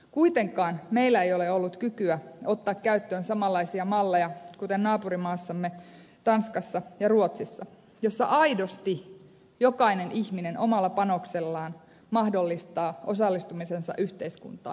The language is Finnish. kuitenkaan meillä ei ole ollut kykyä ottaa käyttöön samanlaisia malleja kuten naapurimaissamme tanskassa ja ruotsissa joissa aidosti jokainen ihminen omalla panoksellaan mahdollistaa osallistumisensa yhteiskuntaan